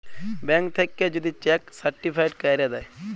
bank থ্যাইকে যদি cheque certified ক্যইরে দ্যায়